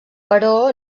però